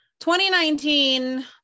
2019